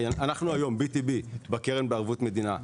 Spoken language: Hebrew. אנחנו, BTB, בקרן בערבות מדינה,